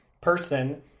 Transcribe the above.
person